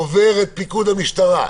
עובר את פיקוד המשטרה,